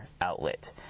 outlet